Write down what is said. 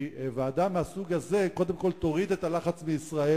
כי ועדה מהסוג הזה קודם כול תוריד את הלחץ מישראל